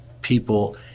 people